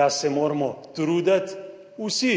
Da se moramo truditi vsi